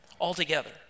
altogether